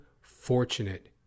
fortunate